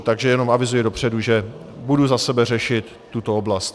Takže jenom avizuji dopředu, že budu za sebe řešit tuto oblast.